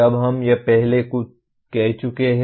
अब हम यह पहले कह चुके हैं